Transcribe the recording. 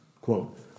Quote